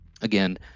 again